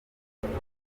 kurema